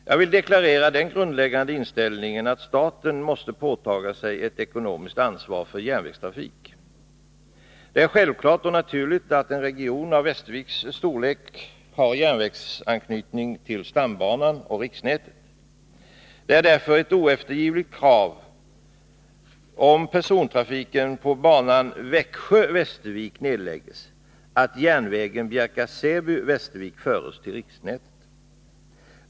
Jag vill deklarera den grundläggande inställningen att staten måste påta sig ett ekonomiskt ansvar för järnvägstrafik. Det är självklart och naturligt att en region av Västerviks storlek har järnvägsanknytning till stambanan och riksnätet. Om persontrafiken på banan Växjö-Västervik nedläggs, är det därför ett oeftergivligt krav att järnvägen Bjärka/Säby-Västervik förs till riksnätet.